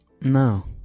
No